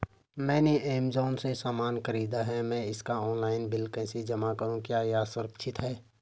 मैंने ऐमज़ान से सामान खरीदा है मैं इसका ऑनलाइन बिल कैसे जमा करूँ क्या यह सुरक्षित है?